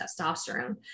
testosterone